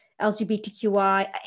LGBTQI